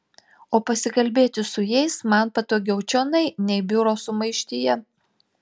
o pasikalbėti su jais man patogiau čionai nei biuro sumaištyje